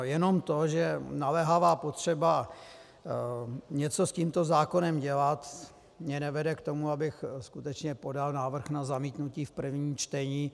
Jenom to, že naléhavá potřeba něco s tímto zákonem dělat mě nevede k tomu, abych skutečně podal návrh na zamítnutí v prvním čtení.